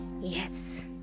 Yes